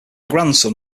grandson